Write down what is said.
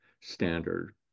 standard